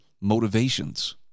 motivations